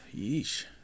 Yeesh